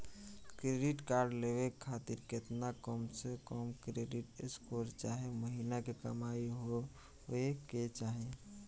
Credit card लेवे खातिर केतना कम से कम क्रेडिट स्कोर चाहे महीना के कमाई होए के चाही?